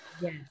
Yes